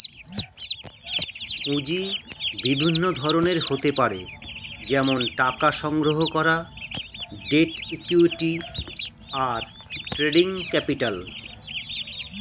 পুঁজি বিভিন্ন ধরনের হতে পারে যেমন টাকা সংগ্রহণ করা, ডেট, ইক্যুইটি, আর ট্রেডিং ক্যাপিটাল